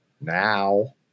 now